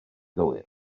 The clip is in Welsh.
gywir